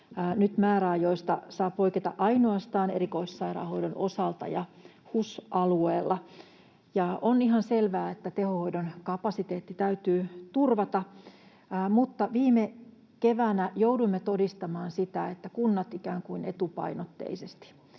määräajoista saa poiketa ainoastaan erikoissairaanhoidon osalta ja HUS-alueella. On ihan selvää, että tehohoidon kapasiteetti täytyy turvata. Mutta viime keväänä jouduimme todistamaan sitä, että kunnat ikään kuin etupainotteisesti